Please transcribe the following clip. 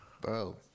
Bro